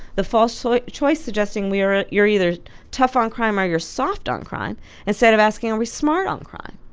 the false so ah choice suggesting we are ah you're either tough on crime or you're soft on crime instead of asking are we smart on crime?